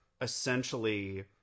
essentially